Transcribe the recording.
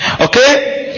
Okay